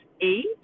eight